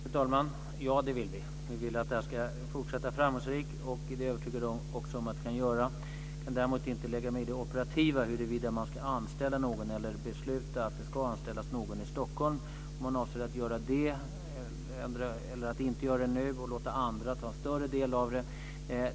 Fru talman! Ja, det vill vi. Vi vill att arbetet ska fortsätta framgångsrikt. Jag är övertygad om att det kan göra det. Jag kan däremot inte lägga mig i det operativa, huruvida det ska beslutas om att någon ska eller inte ska anställas i Stockholm eller om andra ska ta en större del av arbetet.